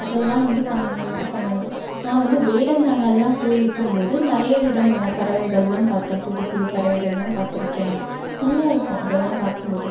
அதெல்லாம் வந்து கம்மியாக யூஸ் பண்ணணும் நான் வந்து வேடந்தாங்கெல்லாம் போயிருக்கும்போது நிறைய விதமான பறவைகளெல்லாம் பார்த்தேன் புது புது பறவைகளெல்லாம் பார்த்துருக்கேன் நல்லா இருக்கும் அதெல்லாம் பார்க்கும்போது